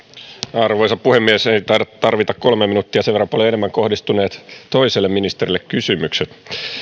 arvoisa puhemies en taida tarvita kolmea minuuttia sen verran paljon enemmän ovat kohdistuneet toiselle ministerille kysymykset